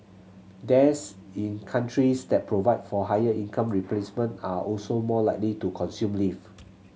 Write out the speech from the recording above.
dads in countries that provide for higher income replacement are also more likely to consume leave